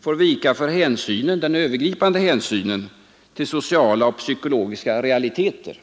får vika för den övergripande hänsynen till sociala och psykologiska realiteter.